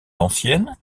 ancienne